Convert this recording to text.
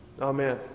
amen